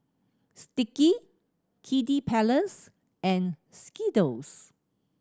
Sticky Kiddy Palace and Skittles